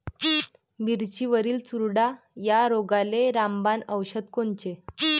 मिरचीवरील चुरडा या रोगाले रामबाण औषध कोनचे?